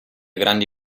grandi